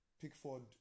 Pickford